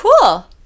cool